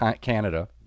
Canada